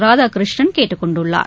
ராதாகிருஷ்ணன் கேட்டுக் கொண்டுள்ளார்